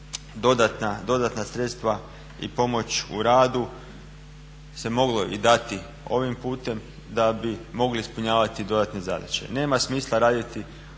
dodatna sredstva i pomoć u radu se moglo i dati ovim putem da bi mogli ispunjavati dodatne zadaće. Nema smisla raditi određene